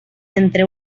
entre